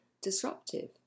disruptive